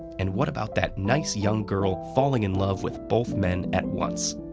and what about that nice young girl falling in love with both men at once?